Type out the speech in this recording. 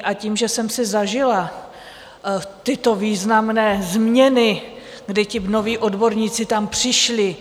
A tím, že jsem si zažila tyto významné změny, kdy ti noví odborníci tam přišli...